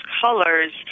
colors